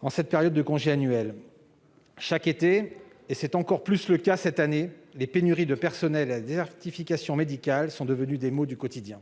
en cette période de congés annuels. Chaque été, et plus encore cette année, les pénuries de personnel et la désertification médicale deviennent des maux du quotidien.